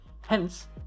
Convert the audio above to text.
Hence